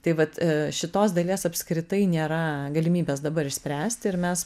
tai vat šitos dalies apskritai nėra galimybės dabar išspręsti ir mes